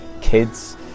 kids